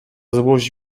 złość